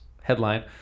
Headline